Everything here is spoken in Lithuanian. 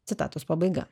citatos pabaiga